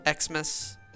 Xmas